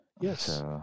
Yes